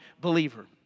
believer